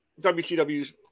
WCW's